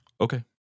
okay